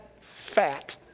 fat